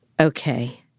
okay